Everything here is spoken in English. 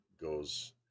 goes